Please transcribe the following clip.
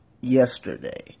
yesterday